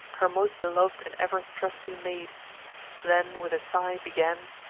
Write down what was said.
her most belov'd and ever-trusty maid then with a sigh began